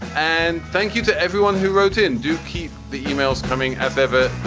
and thank you to everyone who wrote in. do keep the e-mails coming. ever.